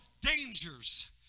dangers